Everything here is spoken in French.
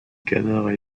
canard